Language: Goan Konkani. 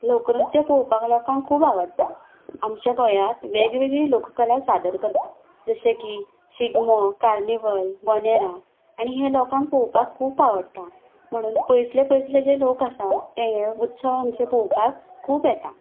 लोकनृत्य पळोपाक लोकांक खूब आवडटा आमच्या गोंयात वेग वेगळी लोककला सादर करतात जशें की शिगमो कार्निवल बोंदेरां आनी हें लोकांक पोवपाक खूब आवडटा म्हणून पयसले पयसले जे लोक आसा ते हे उत्सव आमचे पोवपाक खूब येतात